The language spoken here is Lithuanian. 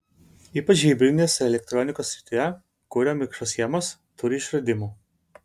ypač hibridinės elektronikos srityje kuria mikroschemas turi išradimų